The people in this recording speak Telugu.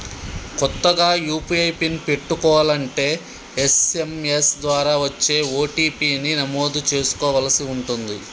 కొత్తగా యూ.పీ.ఐ పిన్ పెట్టుకోలంటే ఎస్.ఎం.ఎస్ ద్వారా వచ్చే ఓ.టీ.పీ ని నమోదు చేసుకోవలసి ఉంటుంది